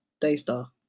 Daystar